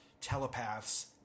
telepaths